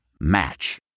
Match